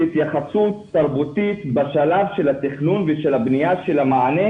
אין איזושהי התייחסות תרבותית בשלב של התכנון ושל הבניה של המענה,